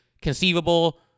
Conceivable